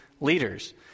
leaders